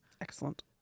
Excellent